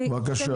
רוצה.